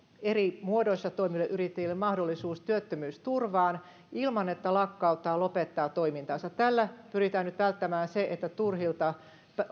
eri muodoissa toimiville yrittäjille mahdollisuus työttömyysturvaan ilman että lakkauttaa lopettaa toimintansa tällä pyritään nyt siihen että turhilta